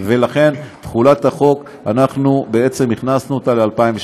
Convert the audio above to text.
ולכן, תחולת החוק, אנחנו בעצם הכנסנו אותה ל-2018.